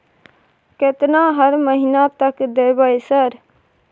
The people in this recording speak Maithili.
केतना हर महीना तक देबय सर?